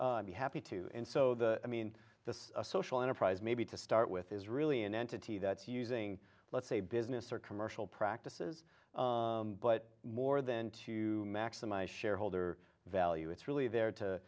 to be happy to and so the i mean this a social enterprise maybe to start with is really an entity that's using let's say business or commercial practices but more than to maximize shareholder value it's really there